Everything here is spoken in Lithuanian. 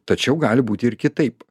tačiau gali būti ir kitaip